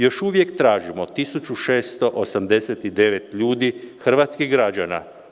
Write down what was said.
Još uvjek tražimo 1689 ljudi, hrvatskih građana.